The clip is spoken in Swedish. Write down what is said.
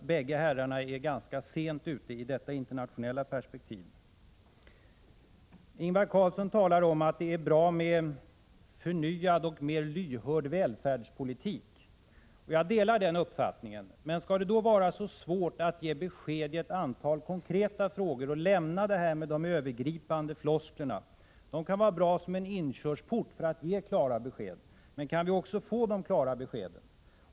Så bägge herrarna är ganska sent ute, sett i ett internationellt perspektiv. Ingvar Carlsson talar om att det är bra med förnyad och mer lyhörd välfärdspolitik, och jag delar den uppfattningen. Men skall det då vara så svårt att ge besked i ett antal konkreta frågor och lämna de övergripande flosklerna? De kan vara bra som en inkörsport för att ge klara besked, men kan vi också få de klara beskeden?